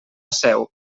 seu